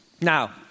Now